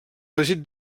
elegit